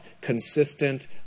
consistent